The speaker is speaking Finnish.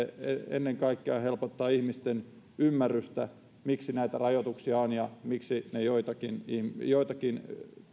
ennen kaikkea se helpottaa ihmisten ymmärrystä siitä miksi näitä rajoituksia on ja miksi ne joitakin joitakin